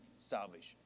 salvation